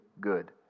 good